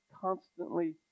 constantly